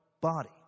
body